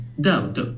doubt